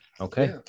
Okay